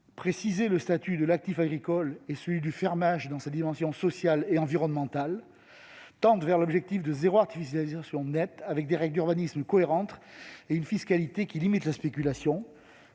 précisé le statut de l'actif agricole et celui du fermage dans sa dimension sociale et environnementale. Par ailleurs, il aurait tendu vers l'objectif de zéro artificialisation nette, avec des règles d'urbanisme cohérentes et une fiscalité limitant la spéculation.